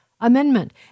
Amendment